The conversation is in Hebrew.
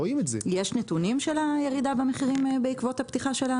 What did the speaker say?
יש נתונים של הירידה במחירים בעקבות הפתיחה?